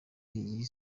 iyi